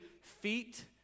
feet